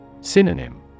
Synonym